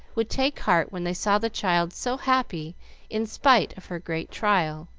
would take heart when they saw the child so happy in spite of her great trial.